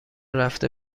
رفته